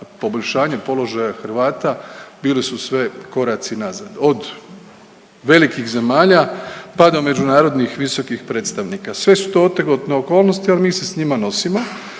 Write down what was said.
poboljšanje položaja Hrvata bile su sve koraci nazad. Od velikih zemalja pa do međunarodnih visokih predstavnika. Sve su to otegotne okolnosti, ali se s njima nosimo.